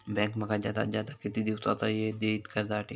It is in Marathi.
बँक माका जादात जादा किती दिवसाचो येळ देयीत कर्जासाठी?